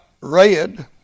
red